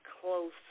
Close